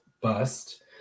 bust